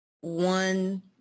one